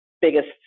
biggest